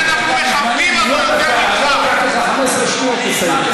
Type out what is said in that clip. אבל אנחנו מכבדים אותו יותר ממך.